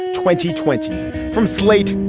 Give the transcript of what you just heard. twenty twenty from slate.